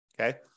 Okay